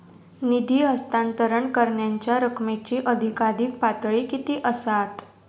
निधी हस्तांतरण करण्यांच्या रकमेची अधिकाधिक पातळी किती असात?